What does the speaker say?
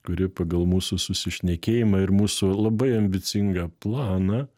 kuri pagal mūsų susišnekėjimą ir mūsų labai ambicingą planą